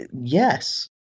Yes